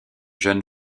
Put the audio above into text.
jeune